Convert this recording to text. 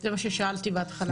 זה מה ששאלתי בהתחלה.